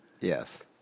yes